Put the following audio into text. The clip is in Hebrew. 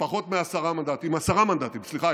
פחות מעשרה מנדטים, עשרה מנדטים, סליחה.